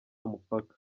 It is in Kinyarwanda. mupaka